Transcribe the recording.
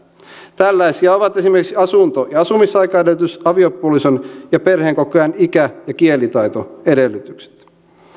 tällaisia ovat esimerkiksi asunto ja asumisaikaedellytys aviopuolison ja perheenkokoajan ikä ja kielitaitoedellytykset